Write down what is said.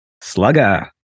slugger